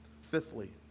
Fifthly